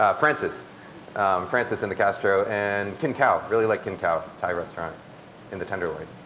ah francis francis in the castro and kin khao, really like kin khao, thai restaurant in the tenderloin.